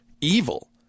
evil